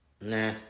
Nah